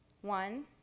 One